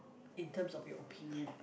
in terms of your opinion